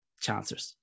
chancers